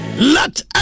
let